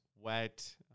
wet